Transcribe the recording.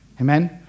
Amen